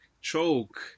choke